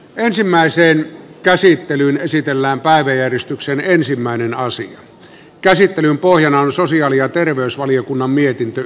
ensimmäiseen käsittelyyn esitellään päiväjärjestyksen ensimmäinen asian käsittelyn pohjana on sosiaali ja terveysvaliokunnan mietintö